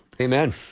Amen